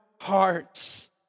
hearts